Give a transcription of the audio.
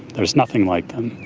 there's nothing like them.